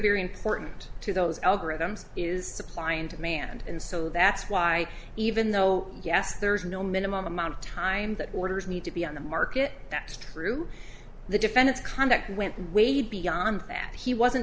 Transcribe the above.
very important to those algorithms is supply and demand and so that's why even though yes there is no minimum amount of time that orders need to be on the market that through the defendant's conduct went way beyond that he wasn't